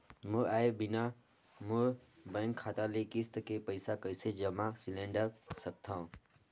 मोर आय बिना मोर बैंक खाता ले किस्त के पईसा कइसे जमा सिलेंडर सकथव?